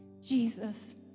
Jesus